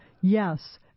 yes